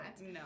No